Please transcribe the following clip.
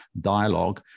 dialogue